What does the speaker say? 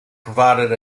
provided